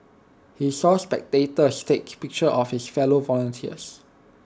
he saw spectators take pictures of his fellow volunteers